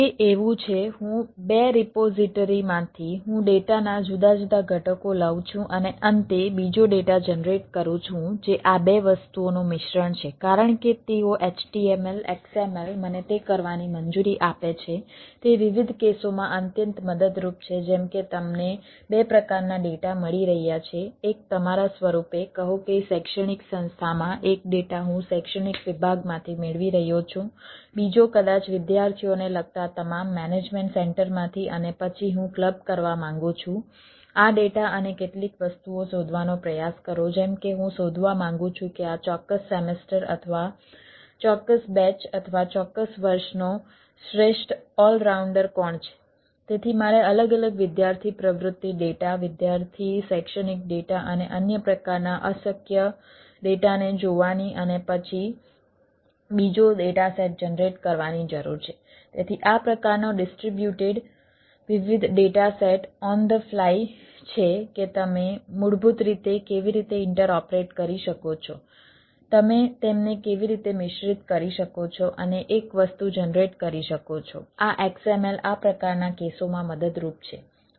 તે એવું છે હું 2 રિપોઝિટરી જનરેટ કરવાની જરૂર છે તેથી આ પ્રકારનો ડિસ્ટ્રિબ્યુટેડ વિવિધ data set on the fly છે કે તમે મૂળભૂત રીતે કેવી રીતે ઇન્ટરઓપરેટ કરી શકો છો તમે તેમને કેવી રીતે મિશ્રિત કરી શકો છો અને એક વસ્તુ જનરેટ કરી શકો છો આ XML આ પ્રકારના કેસોમાં મદદરૂપ છે